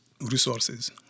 resources